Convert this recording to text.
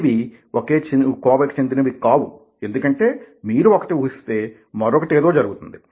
ఇవి ఒకే కోవకిచెందినవి కావు ఎందుకంటే మీరు ఒకటి ఊహిస్తే మరొకటి ఏదో జరుగుతుంది